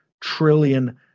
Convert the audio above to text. trillion